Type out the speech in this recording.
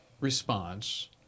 response